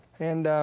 and